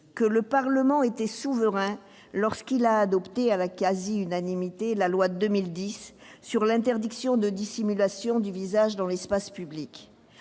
que le Parlement était souverain lorsqu'il a adopté, à la quasi-unanimité, la loi de 2010 sur l'interdiction de dissimulation du visage dans l'espace public.